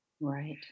Right